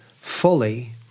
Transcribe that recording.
fully